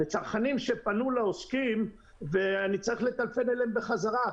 וצרכנים שפנו לעוסקים ואני צריך לטלפן אליהם בחזרה.